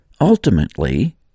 ultimately